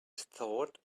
thought